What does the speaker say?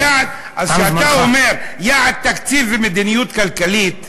אז כשאתה אומר: יעד תקציב ומדיניות כלכלית,